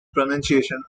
pronunciation